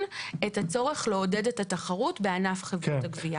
את הצורך לעודד את התחרות בענף חברות הגבייה.